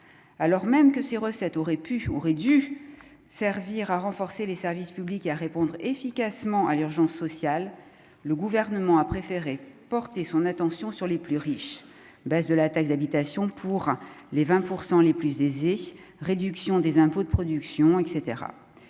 alors même que ses recettes aurait pu, aurait dû servir à renforcer les services publics à répondre efficacement à l'urgence sociale, le gouvernement a préféré porter son attention sur les plus riches, baisse de la taxe d'habitation pour les 20 % les plus aisés, réduction des impôts, de production et